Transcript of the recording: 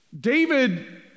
David